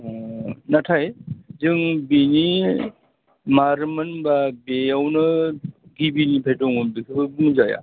नाथाय जों बेनि मारमोन होनबा बेयावनो गिबिनिफ्राय दंमोन बेफोरबो बुंजाया